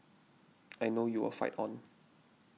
I know you will fight on